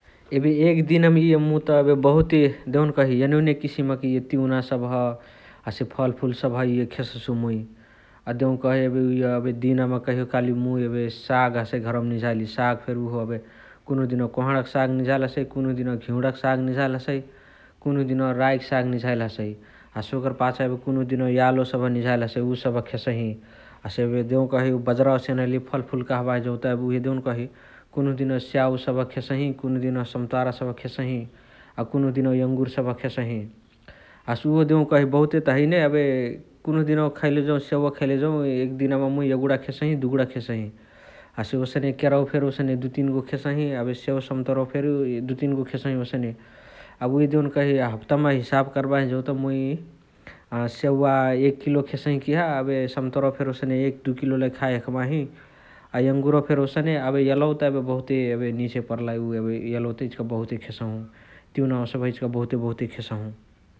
एबे एक दिनमा इ मुइत एबे बहुते देउनकही एनुने किसिमक इअ तिउना सबह हसे इय फलफुल खेससु मुइ । देउकही एबे इअ दिनमा कहियो काली मुइ एबे साग हसइ घर्वम निझाइली साग फेरी उहो एबे कुन्हु दिनवा कोहणका साग निझाइल हसइ कुन्हु दिनवा घिउणाक साग निझाइल हसइ । कुन्हु दिनवा राइक साग निझाइल हसइ । हसे ओकर पाछा एबे कुन्हु दिनवा यालो निझाइल हसइ उअ सबह खेसही । हसे एबे देउकही बजरावसे एनैली फलफुल कहबाही जौत एबे देउनकही कुन्हु दिनवा स्याउ सबह खेसहि, कुन्हु दिनवा सम्त्वारा सबह खेसही । अ कुन्हु दिनवा एङुर सबह खेसही । हसे उहो देउनकही बहुतेत हैने एबे कुन्हु दिनवा खैले जौ स्याउव खैले जौ एक दिनमा मुइ एगुणा खेसही दुगुणा खेसही । हसे ओसने करवा फेरी ओसने दुतीनगो खेसही एबे स्याउव सम्तोरवा फेर दुतीनगो खेसही ओसने । एबे उहे देउनकही हप्तामा हिसाब कर्बाही जौत मुइ स्याउवा एक किलो खेसही किहा अबे सम्तोरवा फेरी ओसने एक दु किलो लइ खाइ हखबाही । अ एङुरवा फेरी ओसने, एलौत एबे बहुते निझे पर्लाई । एलौवा त इचिका बहुते खेसहु । तिउनावा सबह इचिका इचिका बहुते बहुते खेसहु ।